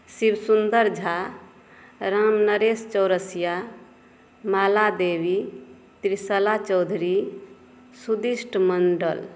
Shivsundar Jha Ramnaresh Chaurasia Mala Devi Trishala Chaudhary Sudisht Mandal